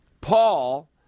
Paul